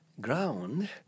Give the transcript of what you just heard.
ground